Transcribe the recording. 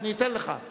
אם אתה מסכים,